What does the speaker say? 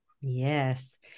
Yes